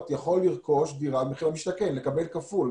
יכול לרכוש דירה במחיר למשתכן ולקבל כפול,